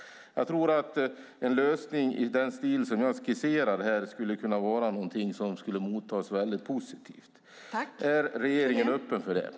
Jag tror att en lösning i den stil som jag skisserar här skulle kunna mottas väldigt positivt. Är regeringen öppen för detta?